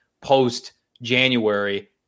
post-January